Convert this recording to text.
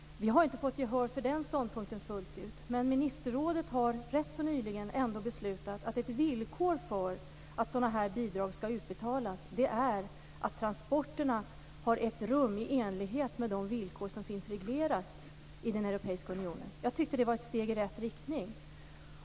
Vi har inte fått gehör för den ståndpunkten fullt ut, men ministerrådet har rätt nyligen ändå beslutat att ett villkor för att bidrag skall betalas ut är att transporterna ägt rum i enlighet med de villkor som finns reglerade i den europeiska unionen. Jag tyckte att detta var ett steg i rätt riktning.